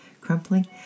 crumpling